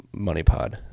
MoneyPod